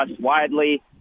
widely